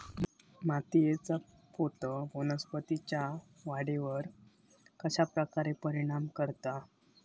मातीएचा पोत वनस्पतींएच्या वाढीवर कश्या प्रकारे परिणाम करता?